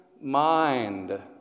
mind